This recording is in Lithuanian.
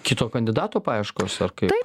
kito kandidato paieškos ar kaip